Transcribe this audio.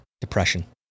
Depression